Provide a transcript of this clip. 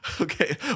Okay